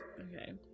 Okay